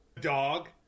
dog